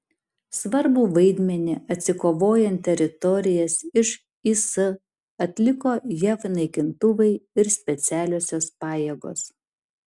svarbų vaidmenį atsikovojant teritorijas iš is atliko jav naikintuvai ir specialiosios pajėgos